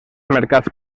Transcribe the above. mercats